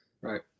Right